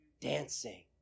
dancing